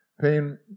pain